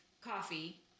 coffee